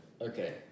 Okay